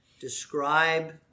describe